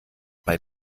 bei